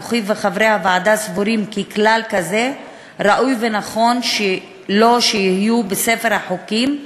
אנוכי וחברי הוועדה סבורים כי כלל כזה ראוי ונכון לו שיהיה בספר החוקים,